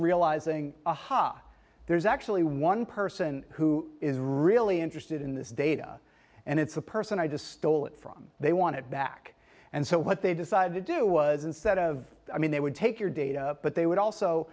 realizing a ha there's actually one person who is really interested in this data and it's the person i just stole it from they want it back and so what they decided to do was instead of i mean they would take your data but they would also